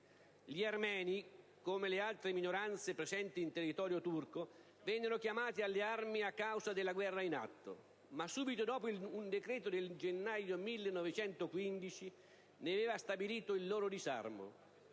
Gli armeni, come le altre minoranze presenti in territorio turco, vennero chiamati alle armi a causa della guerra in atto, ma subito dopo un decreto del gennaio 1915 ne stabilì il disarmo.